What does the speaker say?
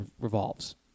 revolves